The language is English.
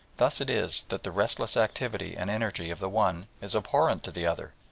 thus it is that the restless activity and energy of the one is abhorrent to the other,